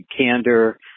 candor